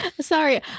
Sorry